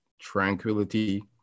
tranquility